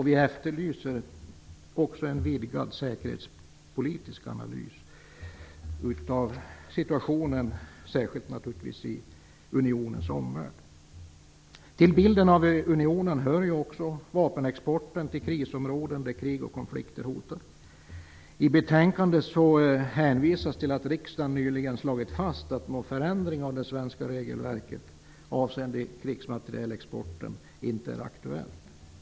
Vi efterlyser även en vidgad säkerhetspolitisk analys av situationen, särskilt i unionens omvärld. Till bilden av unionen hör också vapenexporten till krisområden där krig och konflikter hotar. I betänkandet hänvisas det till att riksdagen nyligen har slagit fast att någon förändring av det svenska regelverket avseende krigsmaterielexporten inte är aktuell.